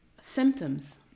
symptoms